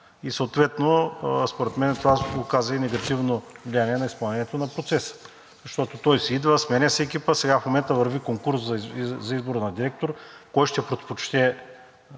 и съответно според мен това оказа и негативно влияние на изпълнението на процеса. Защото той си идва, сменя си екипа. Сега в момента върви конкурс за избор на директор. Кой ще предпочетете